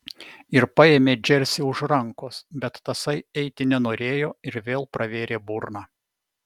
ir paėmė džersį už rankos bet tasai eiti nenorėjo ir vėl pravėrė burną